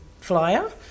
flyer